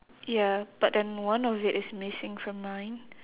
ya but then one of it is missing from mine